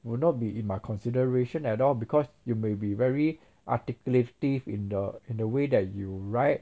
will not be in my consideration at all because you may be very articulative in the in the way that you write